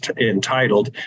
entitled